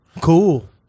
Cool